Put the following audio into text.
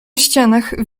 ścianach